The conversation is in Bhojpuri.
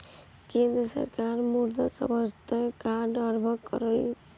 केंद्र सरकार मृदा स्वास्थ्य कार्ड आरंभ कईले हवे